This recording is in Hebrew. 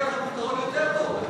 אני מבטיח לך פתרון יותר טוב.